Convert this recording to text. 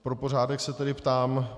Pro pořádek se tedy ptám.